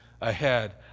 ahead